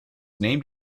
named